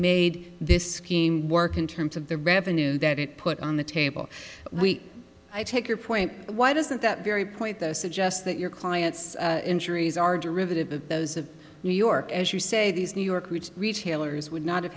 made this scheme work in terms of the revenue that it put on the table we i take your point why doesn't that very point the suggest that your client's injuries are derivative of those of new york as you say these new york retailers would not have